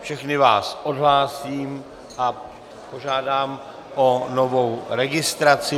Všechny vás odhlásím a požádám o novou registraci.